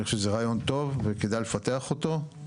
אני חושב שזה רעיון טוב וכדאי לפתח אותו.